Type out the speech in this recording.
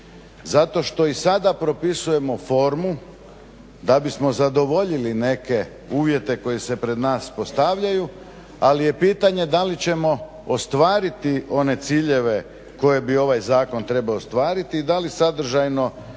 Zato što i sada propisujemo formu da bismo zadovoljili neke uvjete koji se pred nas postavljaju, ali je pitanje da li ćemo ostvariti one ciljeve koje bi ovaj zakon trebao ostvariti i da li sadržajno